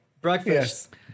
Breakfast